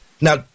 Now